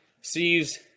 sees